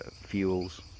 fuels